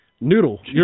Noodle